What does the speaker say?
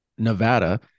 nevada